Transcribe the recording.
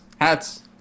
Hats